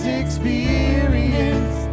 experience